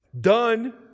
Done